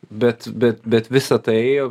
bet bet bet visa tai